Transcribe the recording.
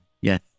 Yes